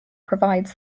provides